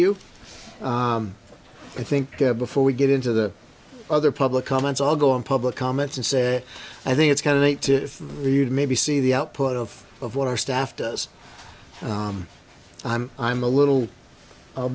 you i think before we get into the other public comments i'll go on public comments and say i think it's kind of neat to read maybe see the output of of what our staff does i'm a little i'll